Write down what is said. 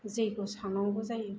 जैग' सावनांगौ जायो